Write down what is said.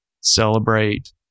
celebrate